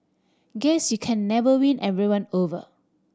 guess you can never win everyone over